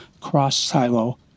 cross-silo